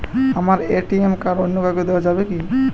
আমার ATM card অন্য কাউকে দেওয়া যাবে কি?